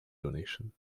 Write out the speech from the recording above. donation